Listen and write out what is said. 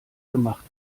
gemacht